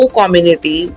community